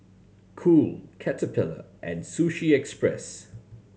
Cool Caterpillar and Sushi Express